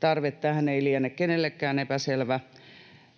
Tarve tähän ei liene kenellekään epäselvä,